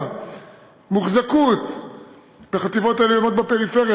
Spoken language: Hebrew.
מוחזקות בחטיבות העליונות בפריפריה.